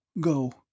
Go